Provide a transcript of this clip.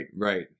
right